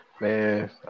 Man